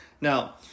Now